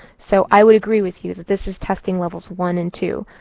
so i would agree with you, that this is testing levels one and two.